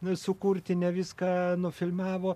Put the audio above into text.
nesukurti ne viską nufilmavo